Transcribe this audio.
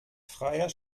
freier